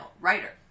writer